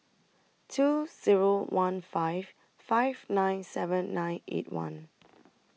two Zero one five five nine seven nine eight one